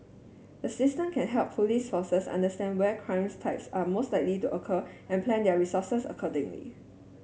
the system can help police forces understand where crimes types are most likely to occur and plan their resources accordingly